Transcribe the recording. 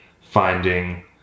finding